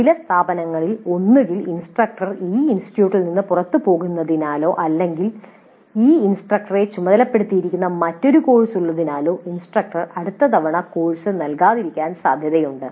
ചില സ്ഥാപനങ്ങളിൽ ഒന്നുകിൽ ഇൻസ്ട്രക്ടർ ഈ ഇൻസ്റ്റിറ്റ്യൂട്ടിൽ നിന്ന് പുറത്തുപോകുന്നതിനാലോ അല്ലെങ്കിൽ ഈ ഇൻസ്ട്രക്ടറെ ചുമതലപ്പെടുത്തിയിരിക്കുന്ന മറ്റൊരു കോഴ്സ് ഉള്ളതിനാലോ ഇൻസ്ട്രക്ടർ അടുത്ത തവണ കോഴ്സ് നൽകാതിരിക്കാൻ സാധ്യതയുണ്ട്